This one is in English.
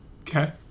okay